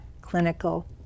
clinical